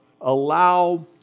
allow